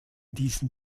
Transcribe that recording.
diesen